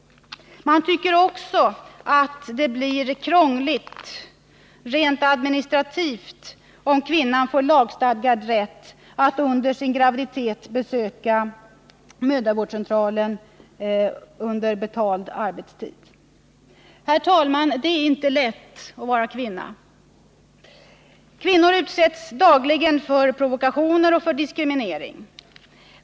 Man tycker också att det blir krångligt rent administrativt om kvinnor får lagstadgad rätt att under graviditet besöka t.ex. mödravårdscentraler under betald arbetstid. Herr talman! Det är inte lätt att vara kvinna. Kvinnor utsätts dagligen för provokationer och diskriminering.